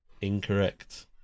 Incorrect